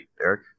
Eric